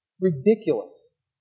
Ridiculous